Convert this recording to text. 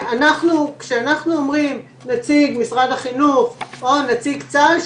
כשאנחנו אומרים נציג משרד החינוך או נציג צה"ל,